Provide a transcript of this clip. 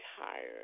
tired